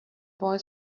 boy